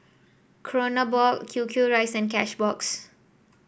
Kronenbourg Q Q rice and Cashbox